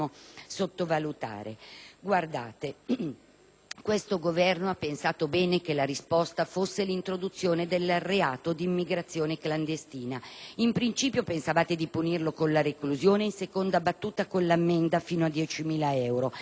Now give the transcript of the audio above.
Questo Governo ha pensato bene che la risposta fosse l'introduzione del reato di immigrazione clandestina; in principio pensavate di punirlo con la reclusione e, in seconda battuta, con l'ammenda fino a 10.000 euro, mentre occorreva superare l'approccio